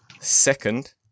Second